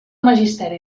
magisteri